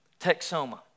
Texoma